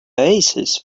oasis